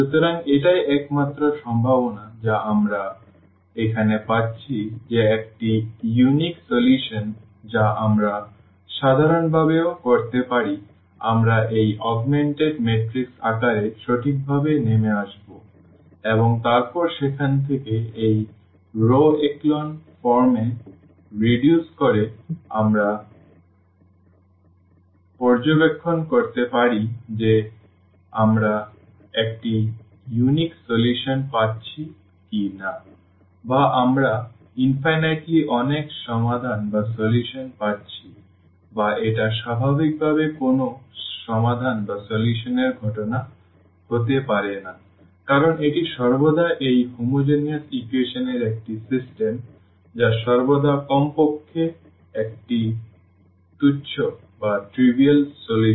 সুতরাং এটাই একমাত্র সম্ভাবনা যা আমরা এখানে পাচ্ছি যে একটি অনন্য সমাধান যা আমরা সাধারণভাবে ও করতে পারি আমরা এই অগমেন্টেড ম্যাট্রিক্স আকারে সঠিকভাবে নেমে আসব এবং তারপর সেখান থেকে এই রও echelon ফর্মে হ্রাস করে আমরা পর্যবেক্ষণ করতে পারি যে আমরা একটি অনন্য সমাধান পাচ্ছি কিনা বা আমরা অসীমভাবে অনেক সমাধান পাচ্ছি বা এটা স্বাভাবিকভাবে কোন ও সমাধান এর ঘটনা হতে পারে না কারণ এটি সর্বদা এই হোমোজেনিয়াস ইকুয়েশন এর একটি সিস্টেম যা সর্বদা কমপক্ষে একটি তুচ্ছ সমাধান রয়েছে